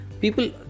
people